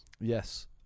Yes